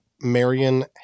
Marion